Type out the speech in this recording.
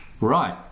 right